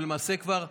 ולמעשה כבר "שילמנו"